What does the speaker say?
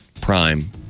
Prime